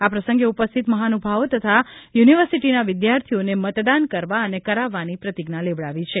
આ પ્રસંગે ઉપસ્થિત મહાનુભાવો તથા યુનિવર્સિટીના વિદ્યાર્થીઓને મતદાન કરવા અને કરાવવાની પ્રતિજ્ઞા લેવડાવી છે